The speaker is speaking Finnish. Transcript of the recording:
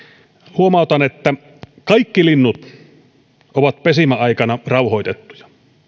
huomautan että kaikki linnut ovat pesimäaikana rauhoitettuja